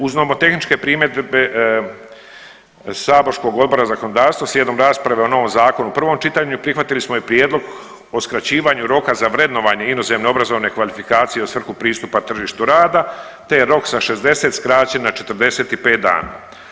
Uz nomotehničke primjedbe saborskog Odbora za zakonodavstvo slijedom rasprave o novom zakonu u prvom čitanju prihvatili smo i prijedlog o skraćivanju roka za vrednovanje inozemne obrazovne kvalifikacije u svrhu pristupa tržištu rada, te je rok sa 60 skraćen na 45 dana.